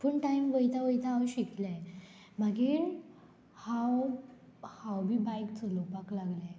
पूण टायम वयता वयता हांव शिकलें मागीर हांव हांव बी बायक चलोवपाक लागलें